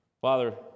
Father